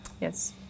Yes